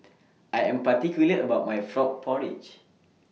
I Am particular about My Frog Porridge